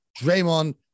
Draymond